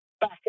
back